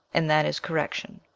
and that is correction.